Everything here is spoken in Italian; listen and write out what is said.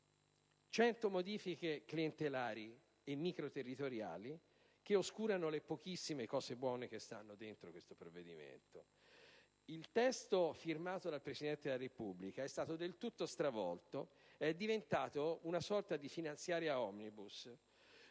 modifiche clientelari e microterritoriali oscurano le pochissime cose buone che stanno dentro il provvedimento. Il testo firmato dal Presidente della Repubblica è stato del tutto stravolto ed è diventato una sorta di finanziaria *omnibus,*